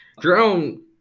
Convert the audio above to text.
Drone